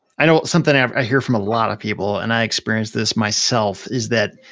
i know something um i hear from a lot people, and i experienced this myself, is that,